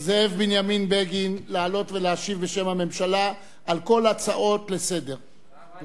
זאב בנימין בגין לעלות ולהשיב בשם הממשלה על כל ההצעות לסדר-היום.